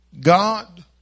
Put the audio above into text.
God